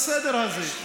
בסדר הזה,